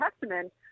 Testament